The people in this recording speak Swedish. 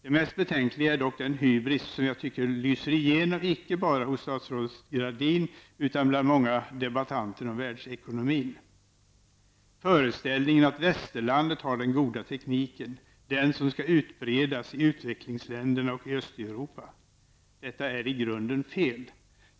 Det mest betänkliga är dock den hybris som jag tycker lyser igenom icke bara hos statsrådet Anita Gradin utan även bland många av dem som debatterar världsekonomin. Föreställningen att västerlandet har den goda tekniken, den som skall utbredas i utvecklingsländerna och i Östeuropa, är i grunden fel.